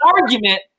argument –